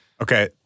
Okay